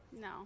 No